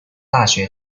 大学